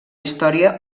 història